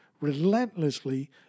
relentlessly